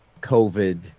COVID